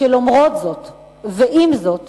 שלמרות זאת ועם זאת